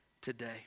today